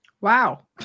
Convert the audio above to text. Wow